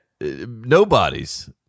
nobody's